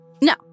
no